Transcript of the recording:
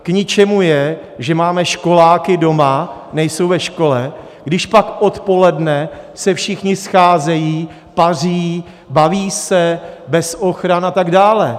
K ničemu je, že máme školáky doma, nejsou ve škole, když pak odpoledne se všichni scházejí, paří, baví se bez ochran atd.